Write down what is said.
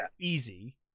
easy